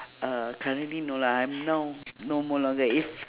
uh currently no lah I'm now no more longer is